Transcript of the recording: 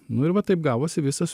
nu ir va taip gavosi visas